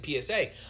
PSA